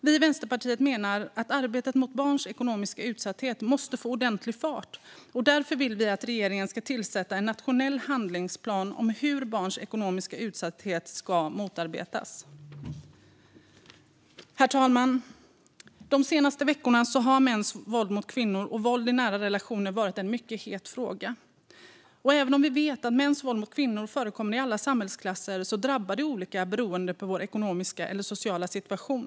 Vi i Vänsterpartiet menar att arbetet mot barns ekonomiska utsatthet måste få ordentlig fart, och därför vill vi att regeringen ska tillsätta en nationell handlingsplan för hur barns ekonomiska utsatthet ska motarbetas. Herr talman! De senaste veckorna har mäns våld mot kvinnor och våld i nära relationer varit en mycket het fråga. Även om vi vet att mäns våld mot kvinnor förekommer i alla samhällsklasser drabbar det olika beroende på vår ekonomiska eller sociala situation.